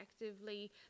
effectively